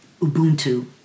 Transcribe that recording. Ubuntu